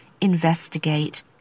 investigate